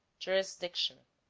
jurisdiction